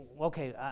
okay